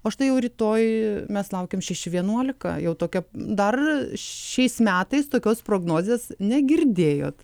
o štai jau rytoj mes laukiam šeši vienuolika jau tokia dar šiais metais tokios prognozės negirdėjot